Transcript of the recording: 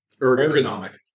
Ergonomic